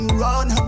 run